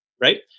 right